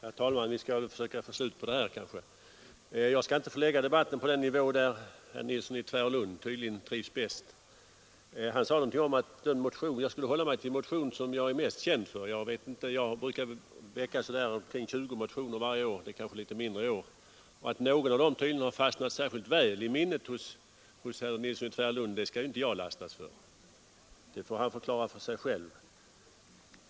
Herr talman! Vi skall väl försöka få slut på det här. Jag skall inte förlägga debatten till den nivå där herr Nilsson i Tvärålund tydligen trivs bäst. Han sade någonting om att jag skulle hålla mig till den motion som jag är mest känd för. Jag vet inte exakt vad han menar. Jag brukar väcka så där 20 motioner varje år, det kanske är något mindre i år. Att någon av dem tydligen har fastnat i minnet hos herr Nilsson i Tvärålund skall inte jag lastas för, det får han förklara själv.